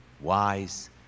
wise